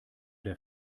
der